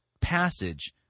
passage